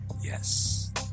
Yes